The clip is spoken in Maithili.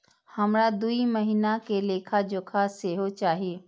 हमरा दूय महीना के लेखा जोखा सेहो चाही